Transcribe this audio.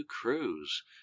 cruise